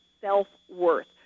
self-worth